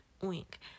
wink